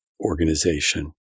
organization